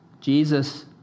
Jesus